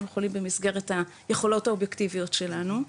יכולים במסגרת היכולות האובייקטיביות שלנו,